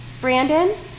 Brandon